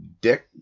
dick